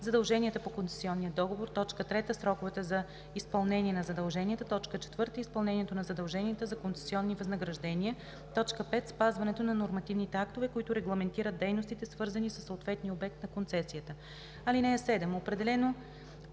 задълженията по концесионния договор; 3. сроковете за изпълнение на задълженията; 4. изпълнението на задълженията за концесионни възнаграждения; 5. спазването на нормативните актове, които регламентират дейностите, свързани със съответния обект на концесията. (7) Определено